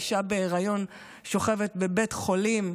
אישה בהיריון שוכבת בבית חולים,